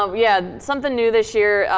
um yeah, something new this year,